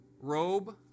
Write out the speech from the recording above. Robe